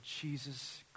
Jesus